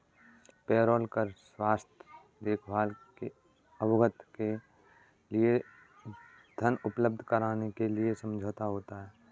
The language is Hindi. पेरोल कर स्वास्थ्य देखभाल के भुगतान के लिए धन उपलब्ध कराने के लिए समझौता है